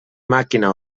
màquina